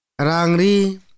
Rangri